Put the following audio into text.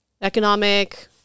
economic